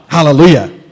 Hallelujah